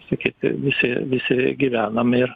sakyti visi visi gyvename ir